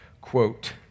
quote